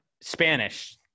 Spanish